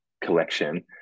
collection